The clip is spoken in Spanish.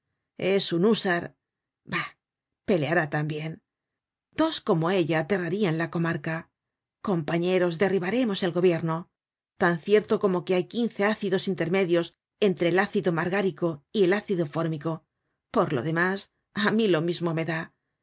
es una húsar bah peleará tambien dos como ella aterrarían la comarca compañeros derribaremos el gobierno tan cierto como que hay quince ácidos intermedios entre el ácido margárico y el ácido fórmico por lo demás ámí lo mismo me da